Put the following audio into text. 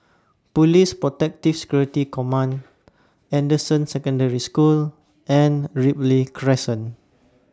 Police Protective Security Command Anderson Secondary School and Ripley Crescent